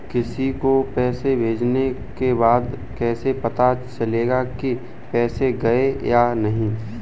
किसी को पैसे भेजने के बाद कैसे पता चलेगा कि पैसे गए या नहीं?